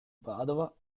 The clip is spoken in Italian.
padova